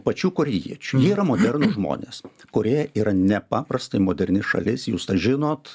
pačių korėjiečių jie yra modernūs žmonės korėja yra nepaprastai moderni šalis jūs tai žinot